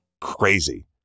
crazy